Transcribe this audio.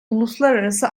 uluslararası